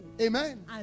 amen